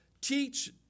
teach